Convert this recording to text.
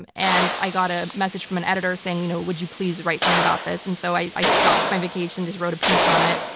and and i got a message from an editor saying, you know, would you please write something about this. and so i stopped my vacation and just wrote a piece on it.